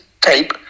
tape